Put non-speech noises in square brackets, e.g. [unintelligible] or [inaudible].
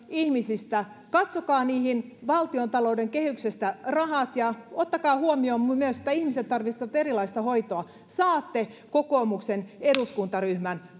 ihmisistä katsokaa niihin valtiontalouden kehyksestä rahat ja ottakaa huomioon myös että ihmiset tarvitsevat erilaista hoitoa saatte kokoomuksen eduskuntaryhmän [unintelligible]